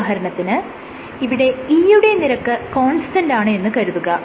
ഉദാഹരണത്തിന് ഇവിടെ E യുടെ നിരക്ക് കോൺസ്റ്റന്റാണ് എന്ന് കരുതുക